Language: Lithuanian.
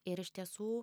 ir iš tiesų